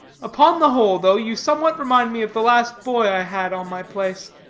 upon the whole though, you somewhat remind me of the last boy i had on my place.